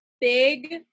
Big